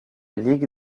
ligue